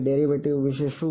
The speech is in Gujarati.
ડેરિવેટિવ વિશે શું